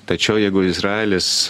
tačiau jeigu izraelis